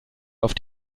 auf